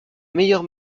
meilleure